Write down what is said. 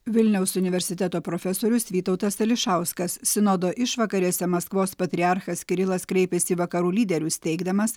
vilniaus universiteto profesorius vytautas ališauskas sinodo išvakarėse maskvos patriarchas kirilas kreipėsi į vakarų lyderius teigdamas